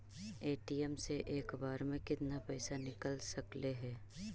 ATM से एक बार मे केतना पैसा निकल सकले हे?